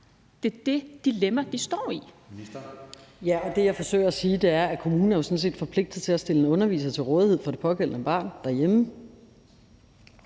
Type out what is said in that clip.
(Pernille Rosenkrantz-Theil): Det, jeg forsøger at sige, er, at kommunen jo sådan set er forpligtet til at stille en underviser til rådighed for det pågældende barn derhjemme.